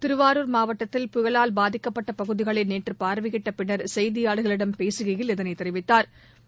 திருவாரூர் மாவட்டத்தில் புயலால் பாதிக்கப்பட்ட பகுதிகளை நேற்று பார்வையிட்ட பின்னர் செய்தியாளர்களிடம் பேசுகையில் இதனைத் தெரிவித்தாா்